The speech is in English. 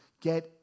get